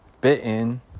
Bitten